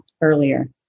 earlier